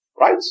right